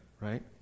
right